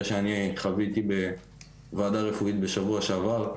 שאני חוויתי בוועדה רפואית בשבוע שעבר.